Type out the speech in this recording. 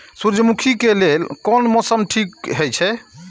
सूर्यमुखी के लेल कोन मौसम ठीक हे छे?